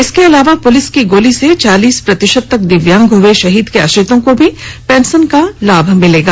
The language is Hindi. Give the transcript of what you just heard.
इसके अलावा पुलिस की गोली से चालीस प्रतिशत तक दिव्यांग हुए शहीद के आश्रितों को भी पेंशन का लाभ मिलेगा